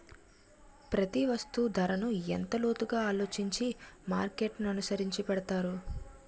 ప్రతి వస్తువు ధరను ఎంతో లోతుగా ఆలోచించి మార్కెట్ననుసరించి పెడతారు